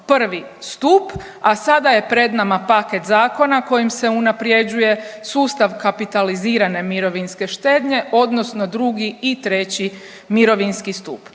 I. stup, a sada je pred nama paket zakona kojim se unaprjeđuje sustav kapitalizirane mirovinske štednje odnosno II. i III. mirovinski stup.